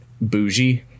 bougie